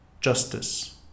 justice